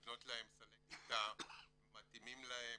לבנות להם סלי קליטה מתאימים להם,